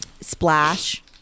Splash